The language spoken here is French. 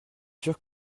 sûr